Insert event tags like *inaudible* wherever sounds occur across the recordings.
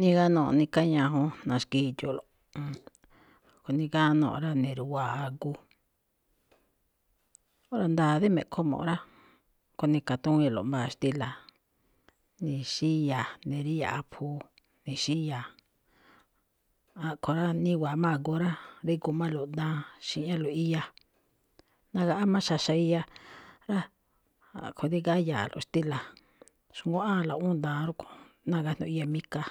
Nigánúuꞌ nikáñajun, na̱xki̱dxu̱ꞌlo̱ꞌ, a̱ꞌkho̱ nigánúuꞌ rá, ni̱ru̱wa̱a agu. Óra̱ nda̱a̱ dí me̱ꞌkhomuꞌ rá, kho̱ ni̱ka̱túwíinlo̱ꞌ mbáa xtíla̱, ni̱xíya̱a̱, ni̱ríya̱ꞌ aphuu, ni̱xíya̱a̱. A̱ꞌkho̱ rá, niwa̱a má agu rá, ríg *hesitation* álo̱ꞌ daan, xi̱ꞌñálo̱ꞌ iya. Nagaꞌá má xa̱xa̱ iya rá, a̱ꞌkho̱ nigáya̱a̱lo̱ꞌ xtíla̱, xmbuáꞌáanlo̱ꞌ awúun daan rúꞌkho̱, ná gajno̱ꞌ iya mika.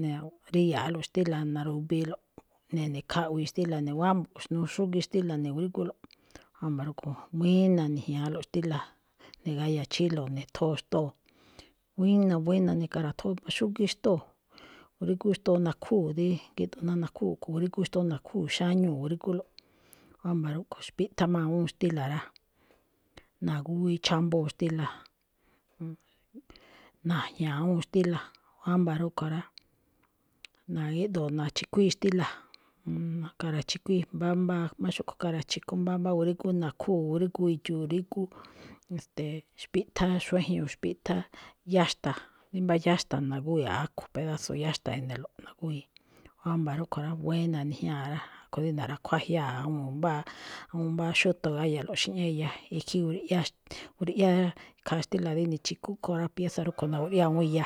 Na̱ríya̱aꞌloꞌ xtíla̱ na̱rubiilo̱ꞌ, ne̱nekhaꞌwi̱i xtíla̱ ni̱wámbo̱ꞌ xnuu xúgíi xtíla̱ ni̱gruígúlo̱ꞌ. Wámba̱ rúꞌkho̱, buína̱ ni̱jña̱alo̱ꞌ xtíla̱, nigáya̱ chílo̱ ne̱thóo xtóo, buína̱, buína nekara̱thóo mbá xúgíí xtóo̱, rígú xtóo nakhúu̱ dí gída̱ꞌ ná nakhúu̱ kho̱, grígú xtóo nakhúu̱, xáñúu gruígúlo̱ꞌ. Wámba̱ rúꞌkho̱, xpíꞌthá má awúun xtíla̱ rá. Na̱gúwíi chámbóo xtíla̱. Na̱jña̱a awúun xtíla̱, ámba̱ rúꞌkho̱ rá, na̱gíꞌdu̱u̱n na̱chi̱kuíi xtíla̱, nakara̱chi̱kuíi mbámbáa má xúꞌkhue̱ kara̱chi̱kú mbámbá gruígú nakhúu̱, rígú idxu̱u̱, rígú, ste̱e̱, xpíꞌthá xuéjñuu̱ xpíꞌthá yaxta̱a̱, rí mbá yáxta̱a̱ na̱gúwíi akho̱ pedazo yáxta̱a̱ e̱ꞌnelo̱ꞌ, na̱gúwíi. Wámba̱ rúꞌkho̱ rá, buína̱ ni̱jñáa̱ rá, a̱ꞌkho̱ rí na̱ra̱khuá jyaa̱ awúun mbáa- mbá xútho̱ áya̱lo̱ꞌ, xi̱ꞌñá iya khín, ikhín grui̱ꞌyá-grui̱ꞌyá khaa xtíla̱ rí ni̱chi̱kú kho̱ rá, pieza *noise* rúꞌkhue̱n na̱grui̱ꞌyá awúun iya.